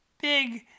big